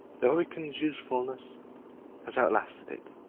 the hurricane's usefulness has outlasted it.